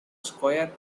square